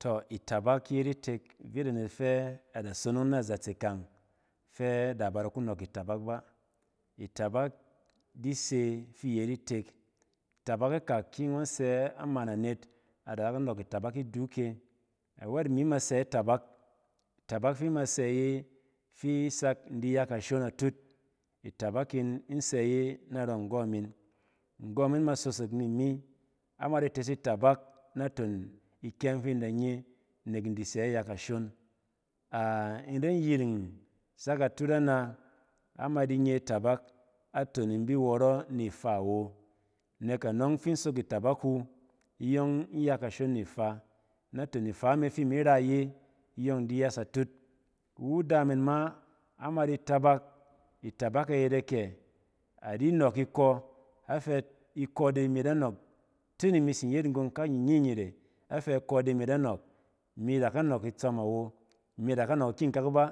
Tↄ itɛrɛ yet itek vita net fɛ ada sonong na zatse kang fa da ba da ku nↄk itabak ba. Itabak di se fi iyet itek. Itabak ikak ki ngↄn sɛ amaan anet adaka nↄk itabak iduk cawɛt imi ma sɛ itabak. Fi ima sɛ iye fi isi sak in di ya kashon atut, itabak in insɛ iye narↄ nggↄ min. Nggↄ min mi sosok ni mi, ama di tes itaba naton ikyɛng fi in da nye nek i disɛ iya kashon. A-in ren yiring sak a tut ana, ama di nye itabak naton in bi wↄrↄ ni ifaa wo. Nek anↄng in sok itabak wu, in yↄng in ya kashon ni ifaa. Naton ifaa me fin ra iye iyↄng in di yas atut. I wu ada min ma ama di tabak, itabak e yet akɛ? Adi nↄk ikↄ afe ikↄ de imi da nↄk tun imi tsin yet nggon kanyinyit e, efɛ ikↄɛ de imi da nↄk, imi daka nↄk itsↄm awo imi da ka nↄk ikyinkak ba,